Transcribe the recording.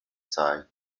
side